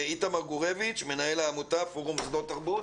איתמר גורביץ', מנהל העמותה פורום מוסדות תרבות?